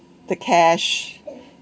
the cash